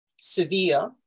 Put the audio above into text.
severe